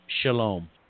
shalom